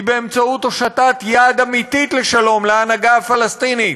היא הושטת יד אמיתית לשלום להנהגה הפלסטינית,